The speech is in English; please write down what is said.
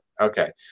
Okay